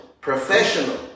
Professional